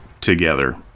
together